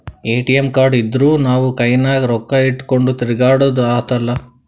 ATM card ಇದ್ದೂರ್ ನಾವು ಕೈನಾಗ್ ರೊಕ್ಕಾ ಇಟ್ಗೊಂಡ್ ತಿರ್ಗ್ಯಾಡದ್ ಹತ್ತಲಾ